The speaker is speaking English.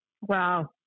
Wow